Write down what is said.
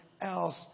else